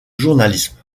journalisme